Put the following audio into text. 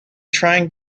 trying